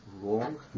wrong